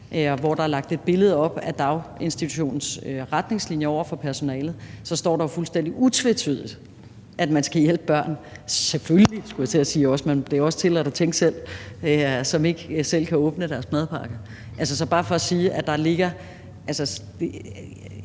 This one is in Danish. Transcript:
hvor der er lagt et billede op af daginstitutionens retningslinjer for personalet, så står der jo fuldstændig utvetydigt, at man skal hjælpe børn – selvfølgelig, skulle jeg til at sige, men det er jo også tilladt at tænke selv – som ikke selv kan åbne deres madpakker. Så det er bare for at sige, at der altså